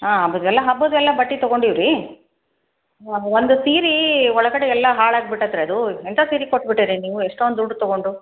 ಹಾಂ ಹಬ್ಬದ್ವೆಲ್ಲ ಹಬ್ಬದ್ವೆಲ್ಲ ಬಟ್ಟೆ ತೊಗೊಂಡೀವಿ ರೀ ಒಂದು ಸೀರೆ ಒಳಗಡೆ ಎಲ್ಲ ಹಾಳಾಗಿ ಬಿಟ್ಟಿದೆ ರೀ ಅದು ಎಂಥ ಸೀರೆ ಕೊಟ್ಟು ಬಿಟ್ಟೀರಿ ನೀವು ಎಷ್ಟೊಂದು ದುಡ್ಡು ತೊಗೊಂಡು